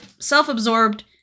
self-absorbed